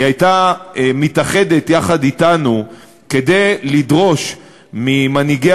אם היא הייתה מתאחדת אתנו כדי לדרוש ממנהיגי